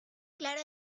claro